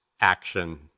action